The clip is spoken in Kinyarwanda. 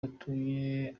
batuye